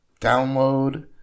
download